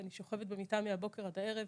ואני שוכבת במיטה מהבוקר עד הערב.